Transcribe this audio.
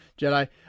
Jedi